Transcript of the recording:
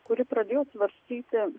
kuri pradėjo svarstyti